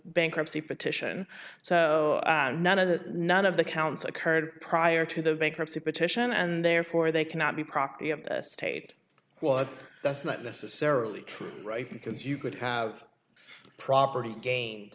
bankruptcy petition so none of that none of the counsel occurred prior to the bankruptcy petition and therefore they cannot be property of the state well that's not necessarily true right because you could have property gain